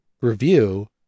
review